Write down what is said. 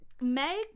Meg